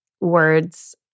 words